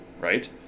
right